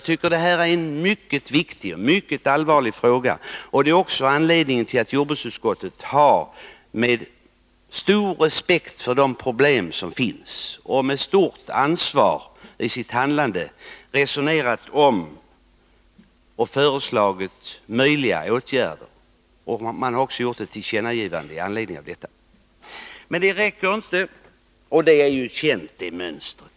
Det här är en mycket viktig och mycket allvarlig fråga, och det är anledningen till att jordbruksutskottet med stor respekt för de problem som finns och med stort ansvar i sitt handlande har resonerat om och föreslagit möjliga åtgärder. Det har också gjorts ett tillkännagivande med anledning av detta. Men detta räcker inte, enligt socialdemokraterna. Och det är ett känt mönster.